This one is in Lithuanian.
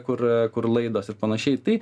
kur kur laidos ir panašiai tai